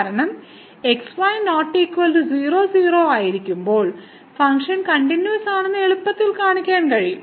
കാരണം x y ≠ 00 ആയിരിക്കുമ്പോൾ function കണ്ടിന്യൂവസാണെന്ന് എളുപ്പത്തിൽ കാണിക്കാൻ കഴിയും